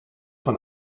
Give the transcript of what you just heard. von